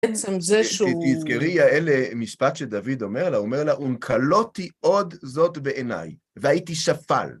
בעצם זה שהוא... תזכרי, האלה, משפט שדוד אומר לה, הוא אומר לה, אומקלותי עוד זאת בעיניי, והייתי שפל.